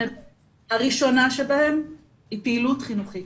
הראשון שבהם פעילות חינוכית.